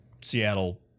Seattle